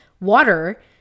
water